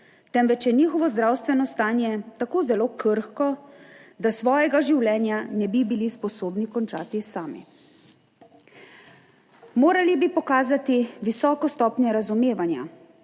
temveč je njihovo zdravstveno stanje tako zelo krhko, da svojega življenja ne bi bili sposobni končati sami. Morali bi pokazati visoko stopnjo razumevanja